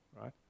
right